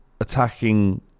attacking